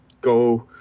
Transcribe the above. go